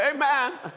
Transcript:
Amen